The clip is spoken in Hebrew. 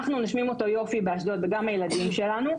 אנחנו נושמים אותו יופי באשדוד וגם הילדים שלנו.